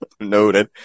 noted